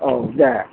औ दे